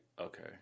okay